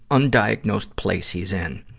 undiagnosed place he's in.